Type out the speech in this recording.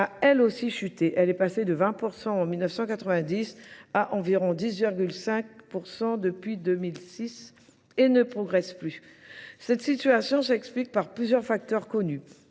elle aussi, chuté. Elle est passée de 20% en 1990 à environ 10,5% depuis 2006 et ne progresse plus. Cette situation s'explique par plusieurs facteurs connus.